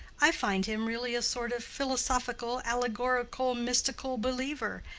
i find him really a sort of philosophical-allegorical-mystical believer,